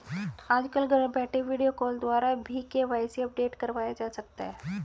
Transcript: आजकल घर बैठे वीडियो कॉल द्वारा भी के.वाई.सी अपडेट करवाया जा सकता है